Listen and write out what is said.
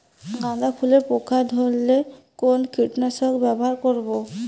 গাদা ফুলে পোকা ধরলে কোন কীটনাশক ব্যবহার করব?